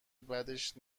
بدش